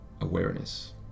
awareness